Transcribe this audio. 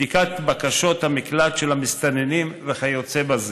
בדיקת בקשות המקלט של המסתננים וכיוצא בזה.